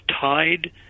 tied